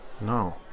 No